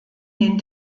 den